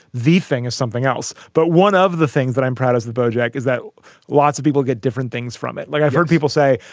v thing is something else. but one of the things that i'm proud of is the bojack is that lots of people get different things from it. like i've heard people say,